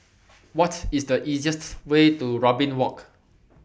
What IS The easiest Way to Robin Walk